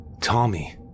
Tommy